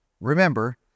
Remember